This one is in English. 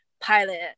pilot